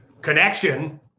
connection